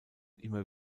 immer